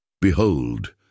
Behold